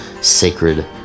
sacred